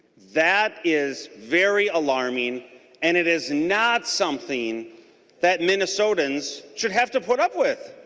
that is very alarming and it is not something that minnesotans should have to put up with.